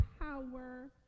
power